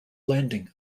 landing